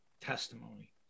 testimony